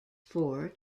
four